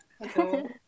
hello